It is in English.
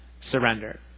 surrender